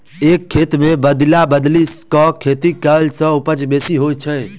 एक खेत मे बदलि बदलि क खेती कयला सॅ उपजा बेसी होइत छै